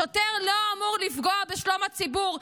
שוטר לא אמור לפגוע בשלום הציבור.